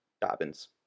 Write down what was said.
Dobbins